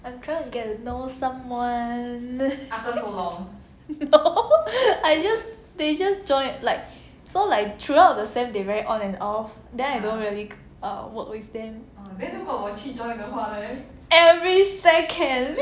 I'm trying to get to know someone no after I just they just join like so like throughout the sem they very on and off then I don't really work with them every second